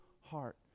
heart